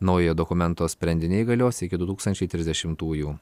naujojo dokumento sprendiniai galios iki du tūkstančiai trisdešimųjų